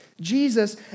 Jesus